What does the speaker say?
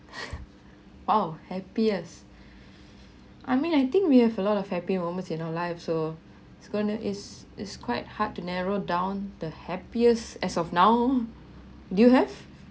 !wow! happiest I mean I think we have a lot of happy moments in our life so It's going to it's it's quite hard to narrow down the happiest as of now do you have